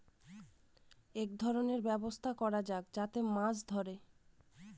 এক ধরনের ব্যবস্থা করা যাক যাতে মাছ ধরে